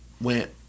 went